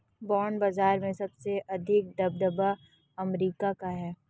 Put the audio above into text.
bond बाजार में सबसे अधिक दबदबा अमेरिका का है